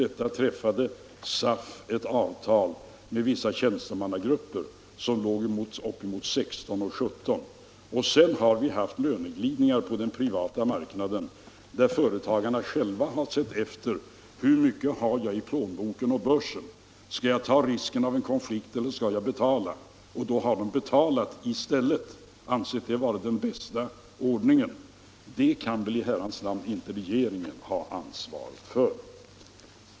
Sedan träffade SAF ett avtal med vissa tjänstemannagrupper på upp emot 16 och 17 96. Efter det har vi haft löneglidningar på den privata marknaden, där företagarna själva har sett efter hur mycket de har i plånboken och börsen. Skall jag ta risken av en konflikt eller skall jag betala?. De har betalat och ansett det vara den bästa ordningen. Det kan väl i Herrans namn inte regeringen ha ansvar för.